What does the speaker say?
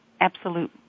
absolute